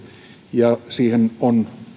ja tähän lakiehdotukseen on